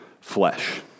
flesh